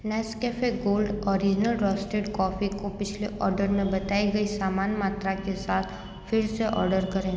Nescafe gold original roasted coffee को पिछले order में बताई गई सामान मात्रा के साथ फिर से ऑर्डर करें